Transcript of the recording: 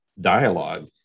dialogue